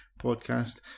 podcast